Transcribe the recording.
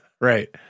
Right